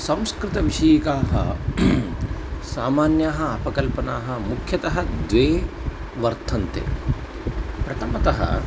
संस्कृतविषयाः सामान्याः अपकल्पनाः मुख्यतः द्वे वर्तन्ते प्रथमतः